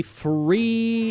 free